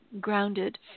grounded